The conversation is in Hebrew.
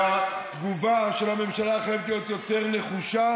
והתגובה של הממשלה חייבת להיות יותר נחושה